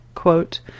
Quote